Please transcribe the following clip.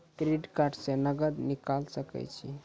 Credit card से नगद निकाल सके छी?